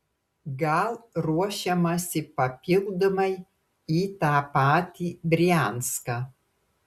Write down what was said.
gal ruošiamasi papildomai į tą patį brianską